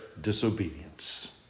disobedience